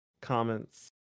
comments